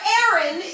Aaron